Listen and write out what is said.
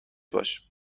باش